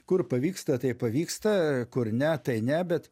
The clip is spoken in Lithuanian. kur pavyksta tai pavyksta kur ne tai ne bet